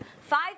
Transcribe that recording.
five